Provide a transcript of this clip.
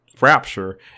rapture